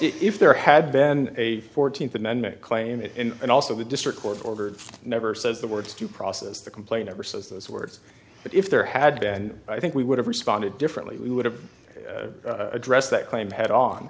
if there had been a fourteenth amendment claim it and also the district court ordered never says the words to process the complaint ever says those words but if there had been and i think we would have responded differently we would have addressed that claim head on